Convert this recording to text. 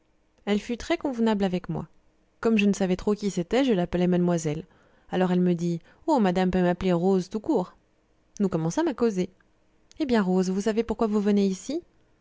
elle fut très convenable avec moi comme je ne savais trop qui c'était je l'appelais mademoiselle alors elle me dit oh madame peut m'appeler rose tout court nous commençâmes à causer eh bien rose vous savez pourquoi vous venez ici